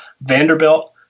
Vanderbilt